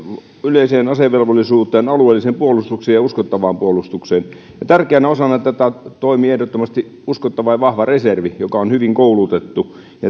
yleiseen asevelvollisuuteen alueelliseen puolustukseen ja uskottavaan puolustukseen ja tärkeänä osana tätä toimii ehdottomasti uskottava ja vahva reservi joka on hyvin koulutettu